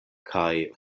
kaj